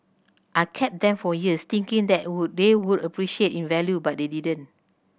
I kept them for years thinking that would they would appreciate in value but they didn't